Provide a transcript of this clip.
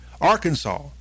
Arkansas